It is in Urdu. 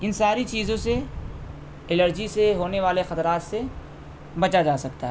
ان ساری چیزوں سے الرجی سے ہونے والے خطرات سے بچا جا سکتا ہے